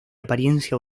apariencia